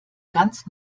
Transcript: ganz